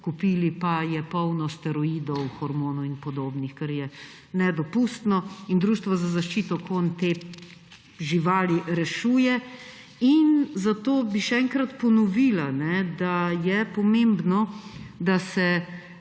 kupili, pa je polno steroidov, hormonov in podobnega, kar je nedopustno. Društvo za zaščito konj te živali rešuje. Zato bi še enkrat ponovila, da je pomembno, da se